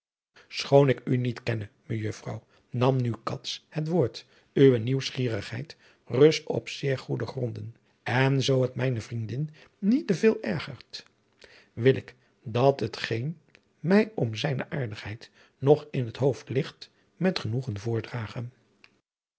schoon ik u niet kenne mejuffrouw nam nu cats het woord uwe nieuwsgierigheid rust op zeer goede gronden en zoo het mijne vriendin niet te veel ergert wil ik dat het geen mij om zijne aardigheid nog in het hoofd ligt met genoegen voordragen